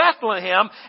Bethlehem